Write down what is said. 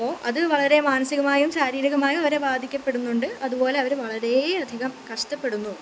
അപ്പോൾ അത് വളരെ മാനസികമായും ശാരീരികമായും അവരെ ബാധിക്കപ്പെടുന്നുണ്ട് അതുപോലെ അവർ വളരെ അധികം കഷ്ടപ്പെടുന്നുമുണ്ട്